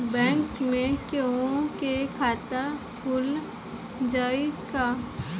Bank में केहूओ के खाता खुल जाई का?